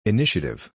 Initiative